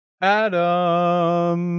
Adam